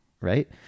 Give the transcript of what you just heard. right